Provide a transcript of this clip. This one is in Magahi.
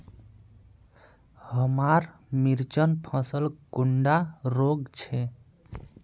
हमार मिर्चन फसल कुंडा रोग छै?